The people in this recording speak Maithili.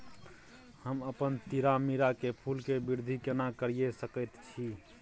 हम अपन तीरामीरा के फूल के वृद्धि केना करिये सकेत छी?